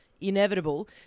inevitable